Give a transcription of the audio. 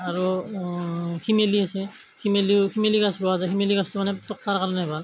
আৰু শিমলু আছে শিমলু শিমলু গছ ৰোৱা যায় শিমলু গছ মানে তক্তাৰ কাৰণে ভাল